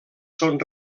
són